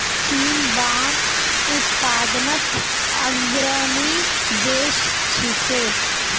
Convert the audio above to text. चीन बांस उत्पादनत अग्रणी देश छिके